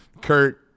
Kurt